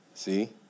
See